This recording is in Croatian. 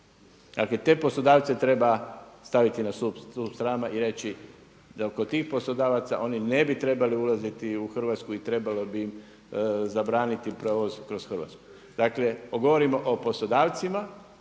Dakle te poslodavce treba staviti na stup srama i reći da kod tih poslodavaca oni ne bi trebali ulaziti u Hrvatsku i trebalo bi im zabraniti prolaz kroz Hrvatsku. Dakle govorimo o poslodavcima